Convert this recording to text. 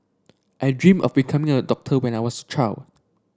I dream of becoming a doctor when I was a child